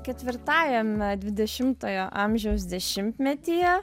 ketvirtajam dvidešimtojo amžiaus dešimtmetyje